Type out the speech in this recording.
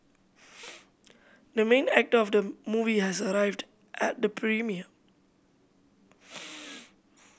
the main actor of the movie has arrived at the premiere